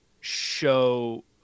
show